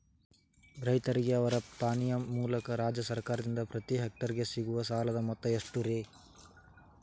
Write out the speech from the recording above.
ರೈತರಿಗೆ ಅವರ ಪಾಣಿಯ ಮೂಲಕ ರಾಜ್ಯ ಸರ್ಕಾರದಿಂದ ಪ್ರತಿ ಹೆಕ್ಟರ್ ಗೆ ಸಿಗುವ ಸಾಲದ ಮೊತ್ತ ಎಷ್ಟು ರೇ?